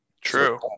True